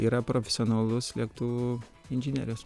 yra profesionalus lėktuvų inžinierius